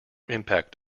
impact